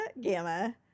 gamma